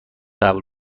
قبول